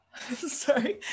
Sorry